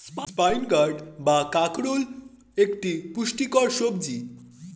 spine gourd বা কাঁকরোল একটি পুষ্টিকর সবজি